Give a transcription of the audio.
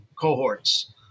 cohorts